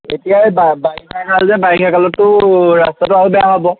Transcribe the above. এতিয়া এই বাৰিষাকাল যে বাৰিষাকালতটো ৰাস্তাটো আৰু বেয়া হ'ব